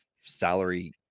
salary